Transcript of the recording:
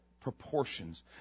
proportions